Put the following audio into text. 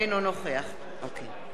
אינו נוכח אוקיי,